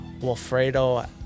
wilfredo